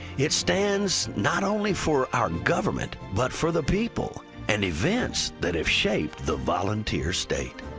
it stands not only for our government but for the people and events that have shaped the volunteer state.